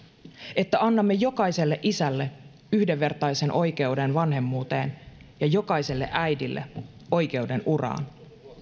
että annamme jokaiselle isälle yhdenvertaisen oikeuden vanhemmuuteen ja jokaiselle äidille oikeuden uraan